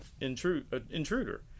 intruder